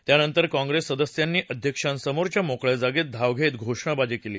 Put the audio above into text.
त्यानंतर काँग्रेस सदस्यांनी अध्यक्षांसमोरच्या मोकळ्या जागेत धाव घेत घोषणाबाजी केली